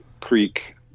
creek